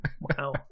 Wow